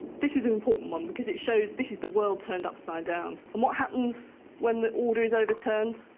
this is an important one, because it shows this is the world turned upside down. and what happens when the order is overturned?